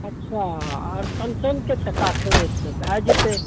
अच्छा अरिकँचनके चक्का खेबै तऽ भऽ जेतै